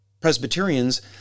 Presbyterians